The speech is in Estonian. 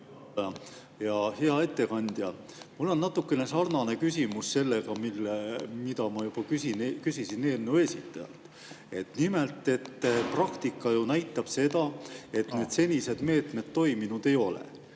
Hea ettekandja! Mul on natukene sarnane küsimus sellega, mida ma juba küsisin eelnõu esitajalt. Nimelt, praktika näitab seda, et senised meetmed ei ole